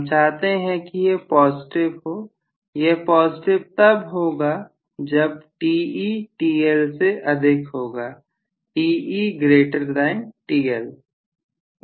हम चाहते हैं कि यह पॉजिटिव हो यह पॉजिटिव तब होगा जब Te TL से अधिक है